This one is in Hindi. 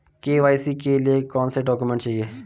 के.वाई.सी के लिए कौनसे डॉक्यूमेंट चाहिये?